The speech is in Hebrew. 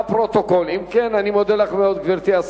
לעניין הדיור